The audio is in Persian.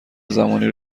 زمانی